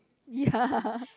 ya